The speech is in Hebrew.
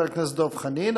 חבר הכנסת דב חנין.